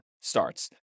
starts